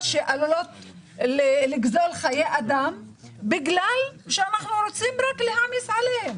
שעלולות לגזול חיי אדם אם אנחנו מעמיסים עליהם?